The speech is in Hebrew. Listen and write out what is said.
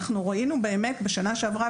ראינו בשנה שעברה,